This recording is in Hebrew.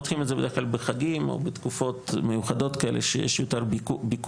פותחים את זה בדרך כלל בחגים או בתקופות מיוחדות שיש יותר ביקוש.